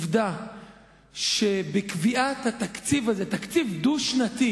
לעובדה שבקביעת התקציב הזה, תקציב דו-שנתי